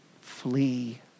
Flee